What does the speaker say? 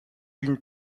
d’une